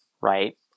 right